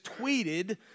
tweeted